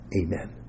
Amen